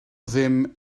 ddim